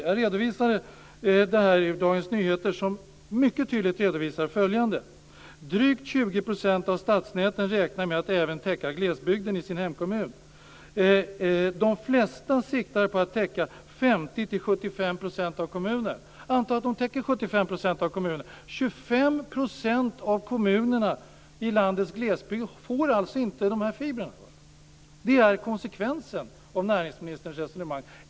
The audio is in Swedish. Jag redovisade det här ur Dagens Nyheter där det mycket tydligt framgår att drygt 20 % av stadsnäten räknar med att även täcka glesbygden i sina hemkommuner. De flesta siktar på att täcka 50-75 % av kommunen. Anta att de täcker 75 % av kommunen. 25 % ute i kommunerna i landets glesbygder får alltså inte de här fibrerna. Det är konsekvensen av näringsministerns resonemang.